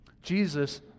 Jesus